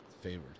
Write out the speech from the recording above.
favored